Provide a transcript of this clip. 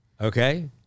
okay